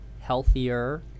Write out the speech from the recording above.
healthier